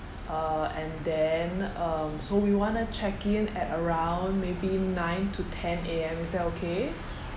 uh and then um so we want to check-in at around maybe nine to ten A_M is that okay